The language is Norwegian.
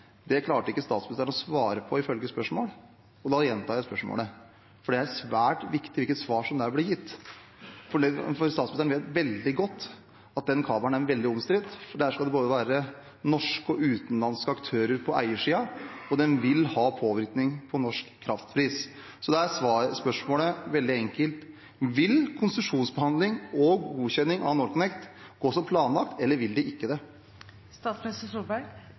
Det klarte ikke statsministeren å svare på, og da gjentar jeg spørsmålet, for det er svært viktig hvilket svar som blir gitt på dette. Statsministeren vet veldig godt at den kabelen er veldig omstridt. Det skal være både norske og utenlandske aktører på eiersiden, og den vil påvirke norsk kraftpris. Spørsmålet er veldig enkelt: Vil konsesjonsbehandlingen og godkjenningen av NorthConnect gå som planlagt eller ikke? Konsesjonsbehandlingen av NorthConnect vil gå videre som planlagt, i henhold til de